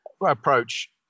approach